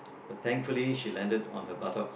but thankfully she landed on her buttocks